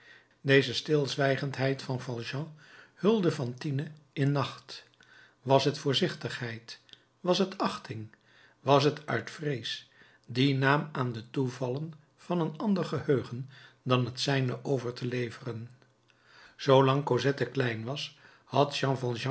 deze stilzwijgendheid van valjean hulde fantine in nacht was het voorzichtigheid was het achting was het uit vrees dien naam aan de toevallen van een ander geheugen dan het zijne over te leveren zoolang cosette klein was had